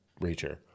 Reacher